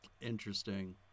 Interesting